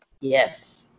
Yes